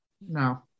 No